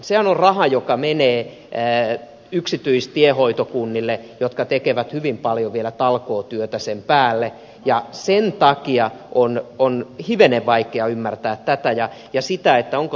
sehän on raha joka menee yksityistiehoitokunnille jotka tekevät hyvin paljon vielä talkootyötä sen päälle ja sen takia on hivenen vaikea ymmärtää tätä ja sitä onko tämän tyyppinen säästö oikea